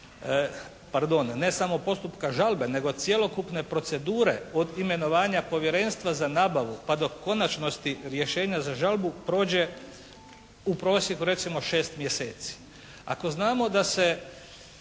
ne samo postupka žalbe nego cjelokupne procedure od imenovanja Povjerenstva za nabavu pa do konačnosti rješenja za žalbu prođe u prosjeku recimo 6 mjeseci. Ako znamo da se